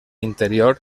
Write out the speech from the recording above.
interior